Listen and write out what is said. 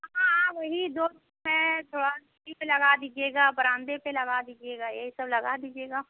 हाँ हाँ वही दो रूम है थोड़ा सीढ़ी पर लगा दीजिएगा बरामदे पर लगा दीजिएगा यही सब लगा दीजिएगा